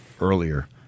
earlier